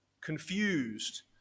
confused